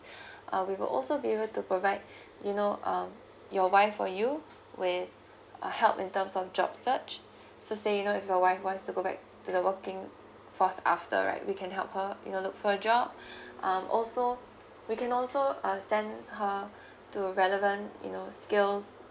uh we will also be able to provide you know um your wife for you with a help in terms of job search so say you know if your wife wants to go back to the working force after right we can help her you know look for a job um also we can also uh send her to relevant you know skills